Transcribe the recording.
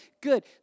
Good